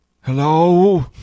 Hello